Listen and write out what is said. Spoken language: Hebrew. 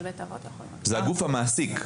זה הגוף המעסיק.